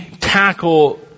tackle